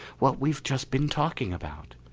what we've just been talking about.